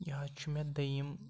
یہِ حظ چھُ مےٚ دوٚیِم